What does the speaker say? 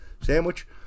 sandwich